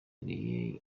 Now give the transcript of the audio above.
ingenzi